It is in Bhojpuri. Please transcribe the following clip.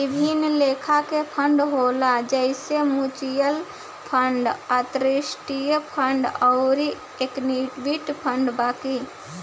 विभिन्न लेखा के फंड होला जइसे म्यूच्यूअल फंड, अंतरास्ट्रीय फंड अउर इक्विटी फंड बाकी